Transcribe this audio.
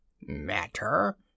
Matter